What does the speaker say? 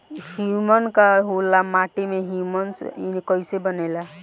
Humus का होला माटी मे ह्यूमस कइसे बनेला?